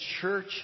church